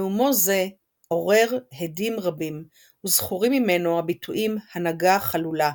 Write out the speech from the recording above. נאומו זה עורר הדים רבים וזכורים ממנו הביטויים "הנהגה חלולה"